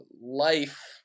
life